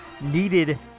needed